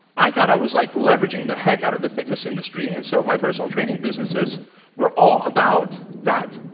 i thought i was like, leveraging the heck out of the fitness industry, and so my personal training businesses we're all about that.